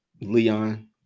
leon